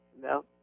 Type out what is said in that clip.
No